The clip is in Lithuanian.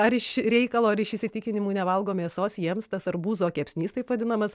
ar iš reikalo ar iš įsitikinimų nevalgo mėsos jiems tas arbūzo kepsnys taip vadinamas